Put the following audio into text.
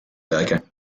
werke